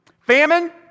Famine